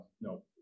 no